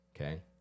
Okay